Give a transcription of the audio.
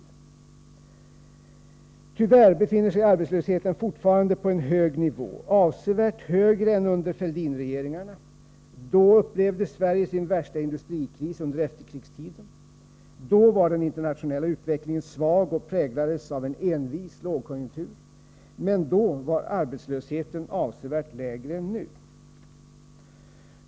é Tyvärr befinner sig arbetslösheten fortfarande på en hög nivå. Den är avsevärt högre än under Fälldin-regeringarna. Då upplevde Sverige sin värsta industrikris under efterkrigstiden. Då var den internationella utvecklingen svag och präglades av en envis lågkonjunktur. Men då var arbetslösheten avsevärt mindre än nu.